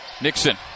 Nixon